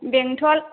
बेंटल